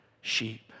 sheep